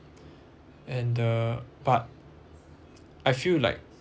and the but I feel like